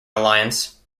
alliance